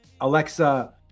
Alexa